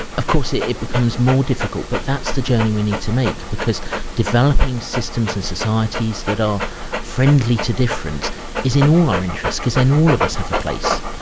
of course it it becomes more difficult, but that's the journey we need to make because developing systems and societies that are friendly to difference is in all our interests because then all of us have a place,